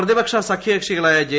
പ്രതിപക്ഷ സഖ്യ കക്ഷികളായ ജെ